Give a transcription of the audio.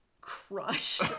crushed